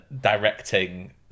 directing